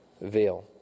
veil